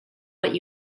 what